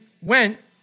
went